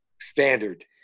Standard